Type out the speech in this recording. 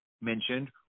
mentioned